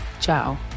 Ciao